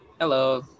Hello